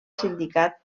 sindicat